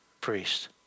priest